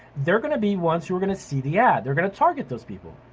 they're gonna be ones who are gonna see the ad. they're gonna target those people.